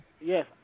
Yes